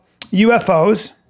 UFOs